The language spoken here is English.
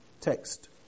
text